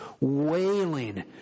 wailing